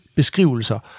beskrivelser